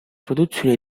produzione